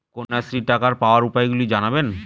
কন্যাশ্রীর টাকা পাওয়ার উপায়গুলি জানাবেন?